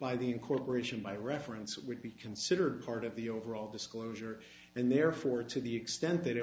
by the incorporation by reference would be considered part of the overall disclosure and therefore to the extent that it